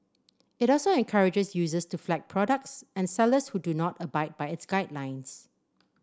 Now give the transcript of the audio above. it also encourages users to flag products and sellers who do not abide by its guidelines